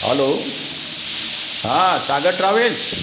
hello હા Sagar travels